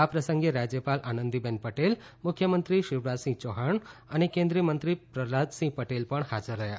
આ પ્રસંગે રાજ્યપાલ આનંદીબેન પટેલ મુખ્યમંત્રી શિવરાજસિંહ ચૌહાણ અને કેન્દ્રીય મંત્રી પ્રહલાદસિંહ પટેલ પણ હાજર રહ્યા